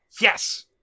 yes